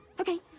Okay